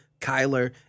Kyler